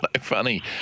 funny